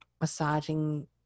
massaging